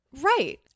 Right